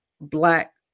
black